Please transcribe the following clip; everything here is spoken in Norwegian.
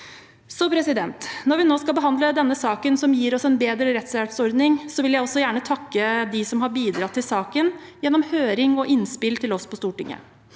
husstander. Når vi nå skal behandle denne saken, som gir oss en bedre rettshjelpsordning, vil jeg også gjerne takke dem som har bidratt i saken gjennom høring og innspill til oss på Stortinget.